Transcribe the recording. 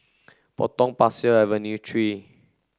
Potong Pasir Avenue three